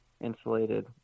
insulated